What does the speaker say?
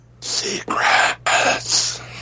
secrets